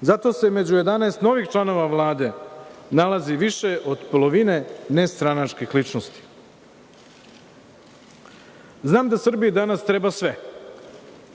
Zato se među 11 novih članova Vlade nalazi više od polovine nestranačkih ličnosti. Znam da Srbiji danas treba sve